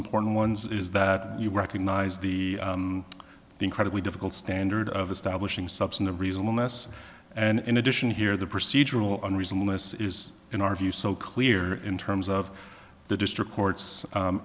important ones is that you recognize the incredibly difficult standard of establishing substantive reasonable mess and in addition here the procedural on reasonless is in our view so clear in terms of the district court's